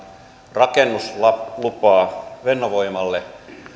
rakennuslupa fennovoimalle